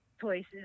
choices